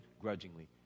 grudgingly